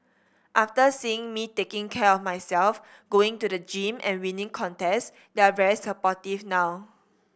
after seeing me taking care of myself going to the gym and winning contest they're very supportive now